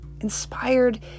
inspired